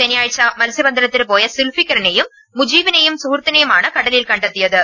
ശനിയാഴ്ച മത്സ്യബന്ധനത്തിനു പോയ സുൽഫിക്കറിനെയും മുജീബിനെയും സുഹൃത്തിനെയുമാണ് കട ലിൽ കണ്ടെത്തിയത്